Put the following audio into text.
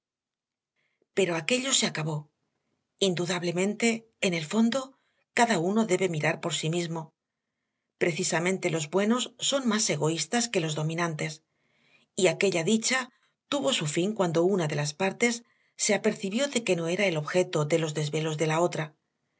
pero aquello se acabó indudablemente en el fondo cada uno debe mirar por sí mismo precisamente los buenos son más egoístas que los dominantes y aquella dicha tuvo su fin cuando una de las partes se apercibió de que no era el objeto de los desvelos de la otra